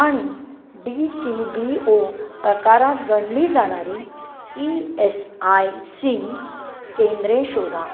आणि D C B O प्रकारात गणली जाणारी ई एस आय सी केंद्रे शोधा